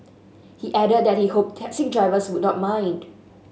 he added that he hoped taxi drivers would not mind